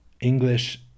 English